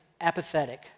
apathetic